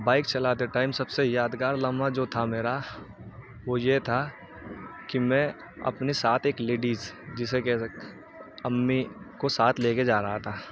bike چلاتے time سب سے یادگار لمحہ جو تھا میرا وہ یہ تھا کہ میں اپنے ساتھ ایک لیڈیز جسے کہ سک امی کو ساتھ لے کے جا رہا تھا